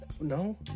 no